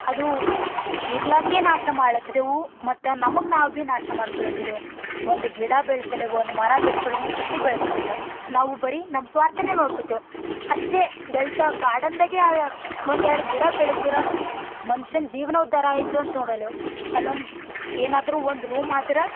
ಅದು ಇರ್ಲಾಕೇ ನಾಶ ಮಾಡ್ಲತಿದೆವು ಮತ್ತು ನಮ್ಗೆ ನಾವು ಭೀ ನಾಶ ಮಾಡ್ಕೊಲತ್ತಿದ್ದೆವು ಒಂದು ಗಿಡ ಬೆಳಸಲೇ ಒಂದು ಮರ ಬೆಳಸಲ್ಲ ಒಂದು ಸಸಿ ಬೆಳಸದ್ದಿಲ್ಲ ನಾವು ಬರೀ ನಮ್ಮ ಸ್ವಾರ್ಥನೇ ನೋಡ್ಕೊತೇವೆ ಅಷ್ಟೇ ಬೆಳೆಸೋ ಗಾರ್ಡನ್ದಾಗೆ ಒಂದು ಎರಡು ಗಿಡ ಬೆಳಸ್ದಿರ ಮನ್ಷನ ಜೀವನ ಉದ್ದಾರ ಆಯ್ತು ಅಂತ ನೋಡಲೇವು ಅಲ್ಲೊಂದು ಏನಾದರೂ ಒಂದು ರೂಮ್ ಆದ್ರೆ